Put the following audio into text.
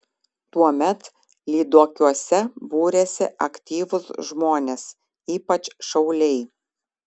tuomet lyduokiuose būrėsi aktyvūs žmonės ypač šauliai